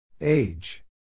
Age